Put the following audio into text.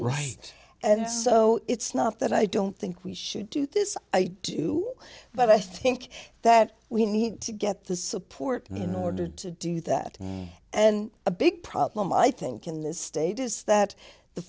right and so it's not that i don't think we should do this i do but i think that we need to get the support in order to do that and a big problem i think in this state is that the